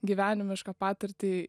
gyvenimišką patirtį